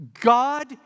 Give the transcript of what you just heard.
God